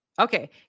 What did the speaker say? Okay